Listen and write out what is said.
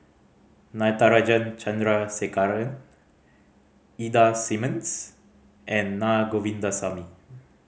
Natarajan Chandrasekaran Ida Simmons and Na Govindasamy